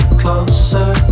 closer